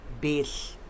base